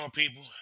people